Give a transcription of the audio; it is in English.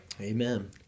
Amen